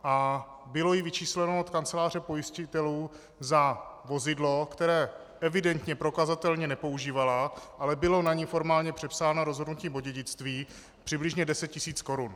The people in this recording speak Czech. A bylo jí vyčísleno z kanceláře pojistitelů za vozidlo, které evidentně prokazatelně nepoužívala, ale bylo na ni formálně přepsáno rozhodnutím o dědictví, přibližně 10 tisíc korun.